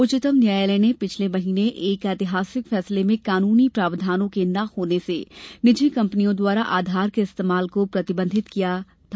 उच्चतम न्यायालय ने पिछले महीने एक ऐतिहासिक फैसले में कानूनी प्रावधानों के न होने से निजी कंपनियों द्वारा आधार के इस्तेमाल को प्रतिबंधित कर दिया था